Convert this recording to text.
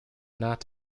not